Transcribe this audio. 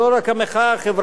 זה לא רק המחאה החברתית.